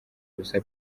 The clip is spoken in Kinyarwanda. ubusa